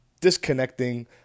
disconnecting